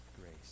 grace